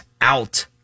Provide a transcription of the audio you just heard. out